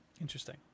Interesting